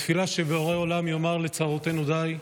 בתפילה שבורא עולם יאמר לצרותינו די,